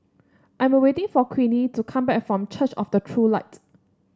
I'm awaiting for Queenie to come back from Church of the True Light